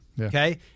Okay